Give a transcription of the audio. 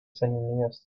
seniūnijos